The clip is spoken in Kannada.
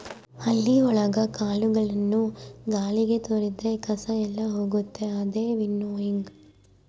ಹಳ್ಳಿ ಒಳಗ ಕಾಳುಗಳನ್ನು ಗಾಳಿಗೆ ತೋರಿದ್ರೆ ಕಸ ಎಲ್ಲ ಹೋಗುತ್ತೆ ಅದೇ ವಿನ್ನೋಯಿಂಗ್